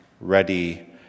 ready